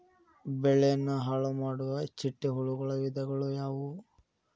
ಬೆಳೆನ ಹಾಳುಮಾಡುವ ಚಿಟ್ಟೆ ಹುಳುಗಳ ವಿಧಗಳು ಯಾವವು?